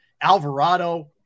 Alvarado